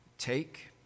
take